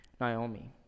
Naomi